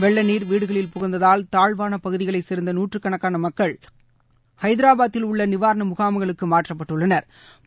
வெள்ள நீர் வீடுகளில் புகுந்ததால் தாழ்வான பகுதிகளைச் சேர்ந்த நூற்றுக்கணக்கான மக்கள் ஹைதராபாத்தில் உள்ள நிவாரண முகாம்களுக்கு மாற்றப்பட்டுள்ளனா்